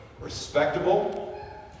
respectable